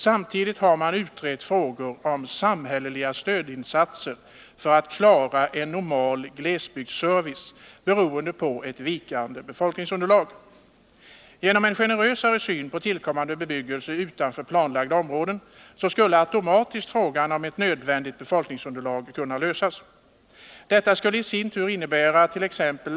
Samtidigt har man utrett frågor om samhälleliga stödinsatser för att klara normal glesbygdsservice, beroende på ett vikande befolkningsunderlag. Genom en generösare syn på tillkommande bebyggelse utanför planlagda områden skulle automatiskt problemet med ett nödvändigt befolkningsun derlag lösas. Detta skulle i sin tur innebära attt.ex.